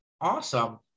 Awesome